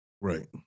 Right